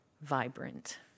vibrant